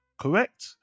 Correct